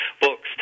books